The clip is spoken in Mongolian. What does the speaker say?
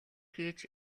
хийж